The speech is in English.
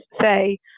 say